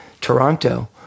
Toronto